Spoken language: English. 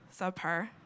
subpar